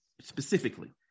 specifically